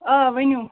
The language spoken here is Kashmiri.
آ ؤنِو